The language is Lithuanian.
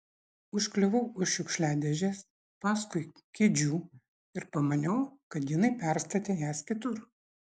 užkliuvau už šiukšliadėžės paskui kėdžių ir pamaniau kad jinai perstatė jas kitur